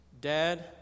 Dad